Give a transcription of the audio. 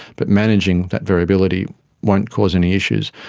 but managing that variability won't cause any issues.